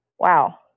Wow